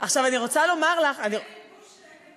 כן ירבה שקט כזה.